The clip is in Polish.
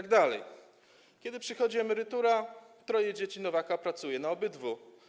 Kiedy przychodzi emerytura, troje dzieci Nowaka pracuje na obydwu.